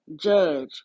judge